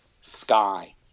sky